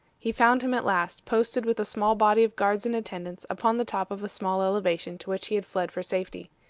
he found him, at last, posted with a small body of guards and attendants upon the top of a small elevation to which he had fled for safety.